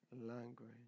language